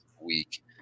week